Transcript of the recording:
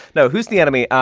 no. who's the enemy?